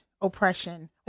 oppression